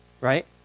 right